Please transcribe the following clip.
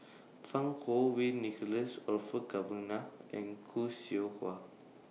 Fang Kuo Wei Nicholas Orfeur Cavenagh and Khoo Seow Hwa